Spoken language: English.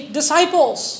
disciples